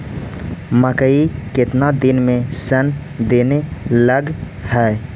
मकइ केतना दिन में शन देने लग है?